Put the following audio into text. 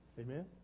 Amen